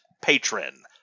patron